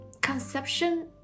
conception